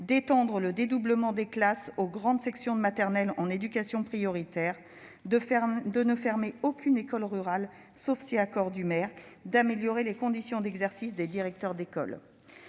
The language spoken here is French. d'étendre le dédoublement des classes aux grandes sections de maternelle en éducation prioritaire, de ne fermer aucune école rurale, sauf en cas d'accord du maire, et d'améliorer les conditions de travail des directeurs d'école.